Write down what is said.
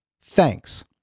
thanks